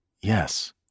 yes